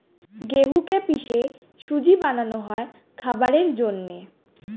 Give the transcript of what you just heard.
গেহুকে পিষে সুজি বানানো হয় খাবারের জন্যে